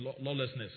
lawlessness